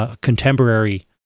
contemporary